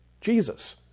Jesus